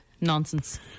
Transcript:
nonsense